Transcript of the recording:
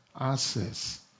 access